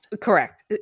Correct